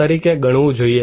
તરીકે ગણવું જોઈએ